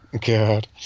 God